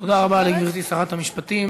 תודה רבה לגברתי שרת המשפטים.